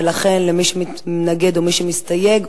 ולכן מי שמתנגד או מי שמסתייג,